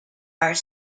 are